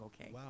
okay